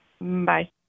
Bye